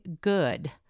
good